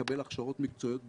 לקבל הכשרות מקצועיות בחינם,